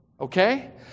Okay